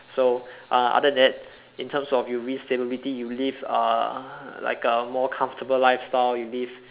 so uh other than that in terms of you risk stability you live uh like a more comfortable lifestyle you live